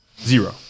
Zero